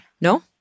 no